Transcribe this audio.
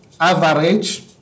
average